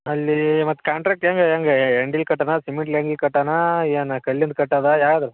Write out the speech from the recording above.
ಅಲ್ಲಿ ಮತ್ತೆ ಕಾಂಟ್ರಾಕ್ಟ್ ಹೆಂಗ ಹೆಂಗ ಯೆಂಡಿಲ್ಲಿ ಕಟ್ಟೋದಾ ಸಿಮೆಂಟ ಕಟ್ಟೋಣ ಏನು ಕಲ್ಲಿಂದ ಕಟ್ಟೋದ ಯಾವುದು